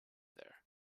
there